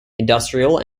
industrial